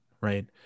right